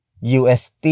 ust